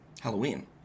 Halloween